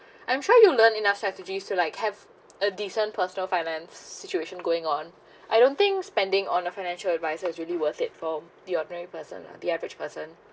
I'm trying to learn enough strategies to like have a decent personal finance situation going on I don't think spending on a financial advisor is really worth it for the ordinary person lah the average person